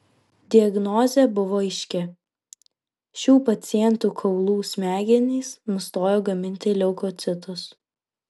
diagnozė buvo aiški šių pacientų kaulų smegenys nustojo gaminti leukocitus